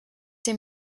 dem